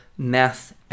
math